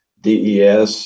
DES